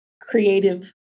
creative